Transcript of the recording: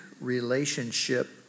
relationship